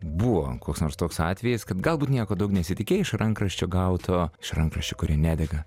buvo koks nors toks atvejis kad galbūt nieko daug nesitikėjai iš rankraščio gauto iš rankraščių kurie nedega